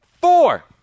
Four